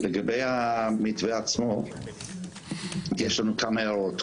לגבי המתווה עצמו, יש לנו כמה הערות.